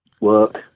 work